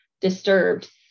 disturbed